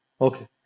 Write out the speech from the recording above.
Okay